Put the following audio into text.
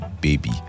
baby